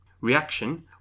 Reaction